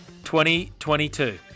2022